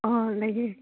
ꯑꯣ ꯂꯩꯌꯦ